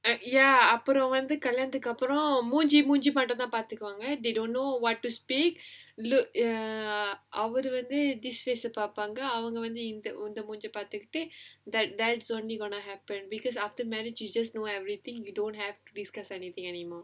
ya அப்பறம் வந்து கல்யாணத்துக்கு அப்பறம் மூஞ்சியும் மூஞ்சிய மட்டும் பாத்துக்குவாங்க:appuram vandhu kalyaanathukku appuram moonjiyum moonjiya mattum paathukkuvaanga they don't know what to speak look ya அவரு:avaru this face a பாப்பாங்க அவங்க வந்து இந்த மூஞ்சிய பாத்துகிட்டு:paappaanga vandhu indha moonjiya paathukittu that's only gonna happen because after marriage you just know everything you don't have to discuss anything anymore